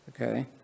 Okay